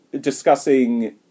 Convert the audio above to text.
discussing